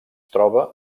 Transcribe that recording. troba